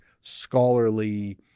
scholarly